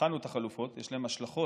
בחנו את החלופות, יש להן השלכות,